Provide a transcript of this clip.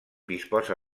disposa